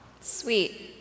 Sweet